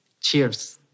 Cheers